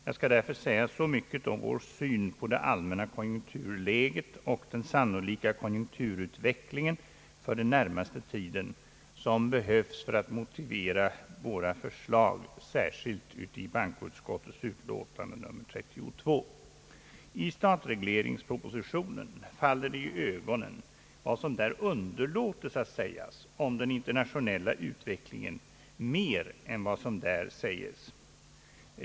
Jag skall därför säga så mycket om vår syn på det allmänna konjunkturläget och den sannolika konjunkturutvecklingen för den närmaste tiden som behövs för att motivera våra förslag särskilt i bankoutskottets utlåtande nr 32. I statsregleringspropositionen faller det i ögonen vad som där underlåtes att sägas om den internationella utvecklingen mer än vad som där säges.